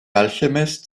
alchemist